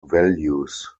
values